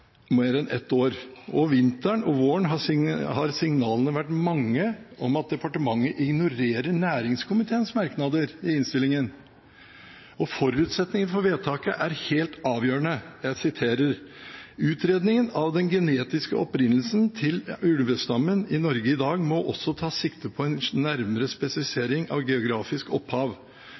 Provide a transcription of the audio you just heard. mer enn ett år. I løpet av vinteren og våren har signalene vært mange om at departementet ignorerer næringskomiteens merknader i innstillingen, og forutsetningen for vedtaket er helt avgjørende. Jeg siterer: «… at utredningen av den genetiske opprinnelse til ulvestammen i Norge i dag også må ta sikte på en nærmere spesifisering av geografisk opphav.